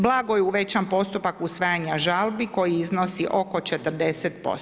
Blago je uvećan postupak usvajanje žalbi koji iznosi oko 40%